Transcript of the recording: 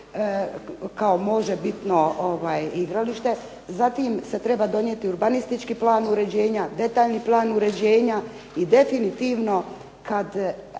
kao možebitno igralište. Zatim se treba donijeti urbanistički plan uređenja, detaljni plan uređenja i definitivno kad,